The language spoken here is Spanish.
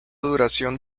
duración